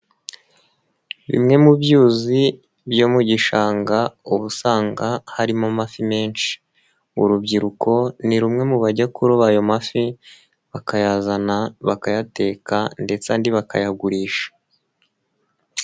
Bimwe mu byuzi byo mu gishanga. Uba usanga harimo amafi menshi. Urubyiruko ni rumwe mu bajya kuroba ayo mafi bakayazana, bakayateka ndetse andi bakayagurisha.